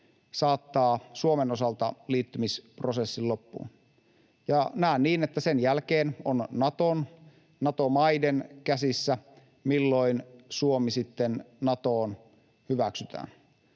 saattavat Suomen osalta liittymisprosessin loppuun. Näen niin, että sen jälkeen on Naton, Nato-maiden, käsissä, milloin Suomi sitten Natoon hyväksytään.